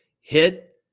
Hit